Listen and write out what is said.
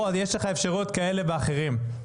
יש לך אפשרויות כאלה ואחרות.